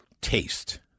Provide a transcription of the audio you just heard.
taste